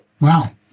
Wow